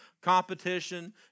competition